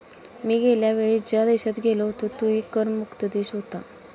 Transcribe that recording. मी गेल्या वेळी ज्या देशात गेलो होतो तोही कर मुक्त देश होता